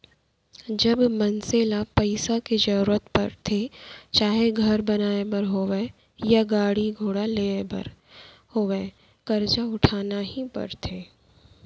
जब मनसे ल पइसा के जरुरत परथे चाहे घर बनाए बर होवय या गाड़ी घोड़ा लेय बर होवय करजा उठाना ही परथे